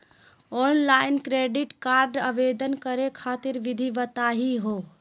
Offline credit card आवेदन करे खातिर विधि बताही हो?